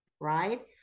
Right